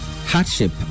hardship